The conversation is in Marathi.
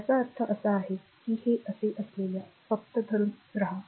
याचा अर्थ असा आहे की हे असे असल्यास फक्त धरून रहा